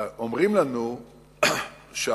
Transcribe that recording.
אומרים לנו שהעלות